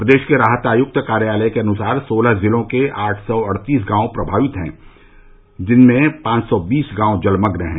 प्रदेश के राहत आयुक्त कार्यालय के अनुसार सोलह जिलों के आठ सौ अड़तीस गांव प्रभावित है जिनमें से पांच सौ बीस गांव जलमग्न है